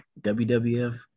WWF